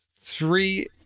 three